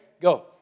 Go